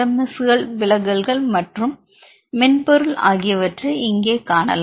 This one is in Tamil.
எஸ் விலகல்கள் மற்றும் மென்பொருள் ஆகியவற்றை இங்கே காணலாம்